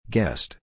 Guest